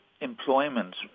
employment